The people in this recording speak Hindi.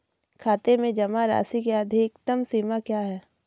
खाते में जमा राशि की अधिकतम सीमा क्या है?